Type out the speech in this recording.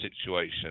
situation